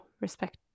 respect